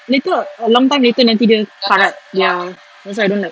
later a long time later nanti dia karat ya that's why I don't like